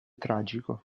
tragico